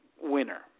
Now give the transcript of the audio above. winner